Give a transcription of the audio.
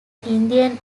indian